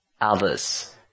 Others